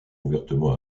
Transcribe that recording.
ouvertement